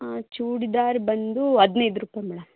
ಚೂಡಿದಾರ್ ಬಂದು ಹದಿನೈದು ರೂಪಾಯಿ ಮೇಡಂ